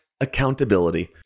accountability